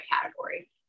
category